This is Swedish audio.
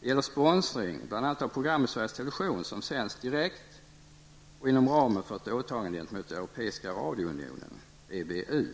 Det gäller sponsring, bl.a. av program i Sveriges television som sänds direkt och inom ramen för ett åtagande gentemot Europeiska radiounionen, EBU.